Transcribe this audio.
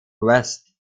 west